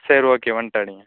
சரி ஓகே வந்துட்டு அடிங்க